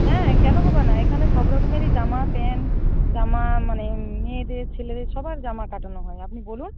হ্যাঁ কেন হবে না এখানে সব রকমেরই জামা প্যান্ট জামা মানে মেয়েদের ছেলেদের সবার জামা কাটানো হয় আপনি বলুন